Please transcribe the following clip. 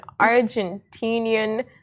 Argentinian